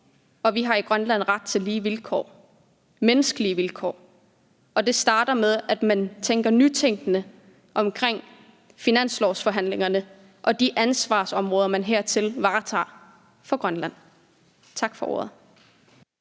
og vi har i Grønland ret til lige vilkår, menneskelige vilkår, og det starter med, at man tænker nytænkende omkring finanslovsforhandlingerne og de ansvarsområder, man her varetager for Grønland. Tak for ordet.